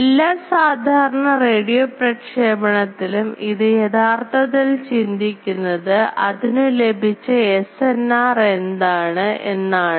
എല്ലാ സാധാരണ റേഡിയോ പ്രക്ഷേപണത്തിൽഉം ഇത് യഥാർത്ഥത്തിൽ ചിന്തിക്കുന്നത് അതിനു ലഭിച്ച SNR എന്താആണ് എന്നാണ്